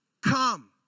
come